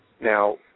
Now